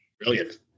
Brilliant